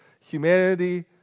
humanity